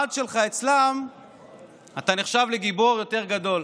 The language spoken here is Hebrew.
במעמד שלך אצלם אתה נחשב לגיבור יותר גדול.